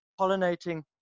pollinating